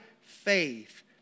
faith